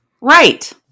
Right